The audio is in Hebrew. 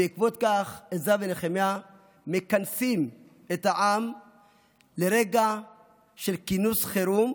בעקבות כך עזרא ונחמיה מכנסים את העם לרגע של כינוס חירום,